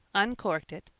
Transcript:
uncorked it,